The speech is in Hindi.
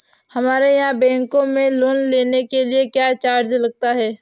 हमारे यहाँ बैंकों में लोन के लिए क्या चार्ज लगता है?